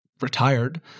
retired